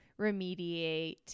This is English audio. remediate